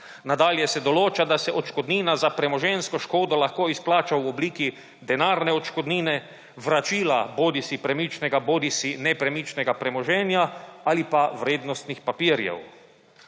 Nadalje se določa, da se odškodnina za premoženjsko škodo lahko izplača v obliki denarne odškodnine, vračila bodisi premičnega bodisi nepremičnega premoženja ali pa vrednostnih papirjev.